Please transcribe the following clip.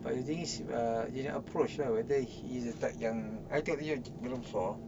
but the thing is uh dia dah approach lah whether he is the type yang I tengok dia badan besar